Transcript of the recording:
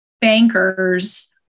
bankers